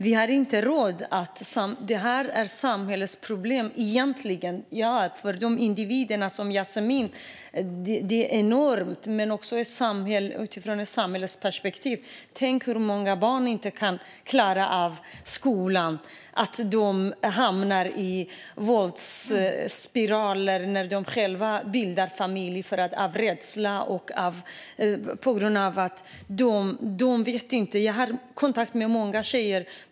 Det här är egentligen samhällets problem. För individer som Yasmine är det enormt, men det är det också utifrån ett samhällsperspektiv. Många barn kan inte klara av skolan och hamnar i våldsspiraler när de själva bildar familj, av rädsla och på grund av att de inte vet. Jag har kontakt med många tjejer.